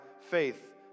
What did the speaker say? faith